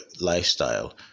lifestyle